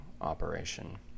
operation